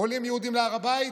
עולים יהודים להר הבית,